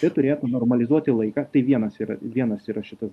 čia turėtų normalizuoti laiką tai vienas yra vienas yra šitas